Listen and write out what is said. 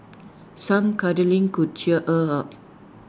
some cuddling could cheer her up